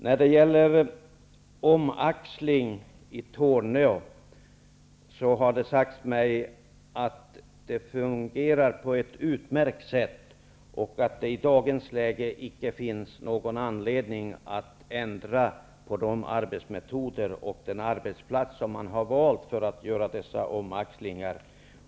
Beträffande omaxling i Torneå har det sagts mig att det fungerar på ett utmärkt sätt och att det i dagens läge inte finns någon anledning att ändra på de arbetsmetoder och den arbetsplats som man har valt för att göra dessa omaxlingar.